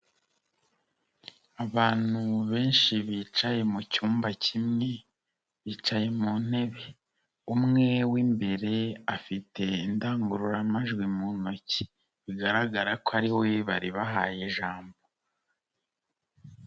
Abantu benshi bicaye mu cyumba kimwe bicaye mu ntebe, umwe w'imbere afite indangururamajwi mu ntoki bigaragara ko ari we bari bahaye ijambo.